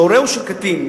שהורהו של קטין,